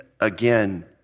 Again